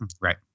Right